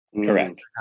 Correct